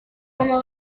como